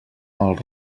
els